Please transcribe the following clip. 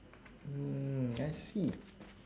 mm I see